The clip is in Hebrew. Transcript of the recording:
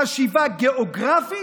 חשיבה גיאוגרפית,